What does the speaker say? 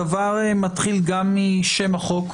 הדבר מתחיל גם משם החוק,